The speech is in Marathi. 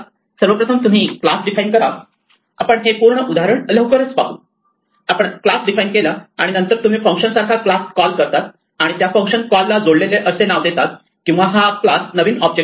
सर्वप्रथम तुम्ही क्लास डिफाइन करा आपण हे पूर्ण उदाहरण लवकरच पाहू आपण क्लास डिफाइन केला आणि नंतर तुम्ही फंक्शन सारखा क्लास कॉल करतात आणि त्या फंक्शन कॉल ला जोडलेले असे नाव देतात किंवा हा क्लास नवीन ऑब्जेक्ट होतो